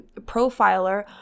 profiler